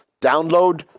download